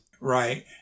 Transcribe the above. right